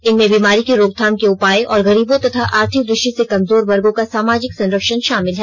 इनमें बीमारी की रोकथाम के उपाय और गरीबों तथा आर्थिक दृष्टि से कमजोर वर्गों का सामाजिक संरक्षण शामिल है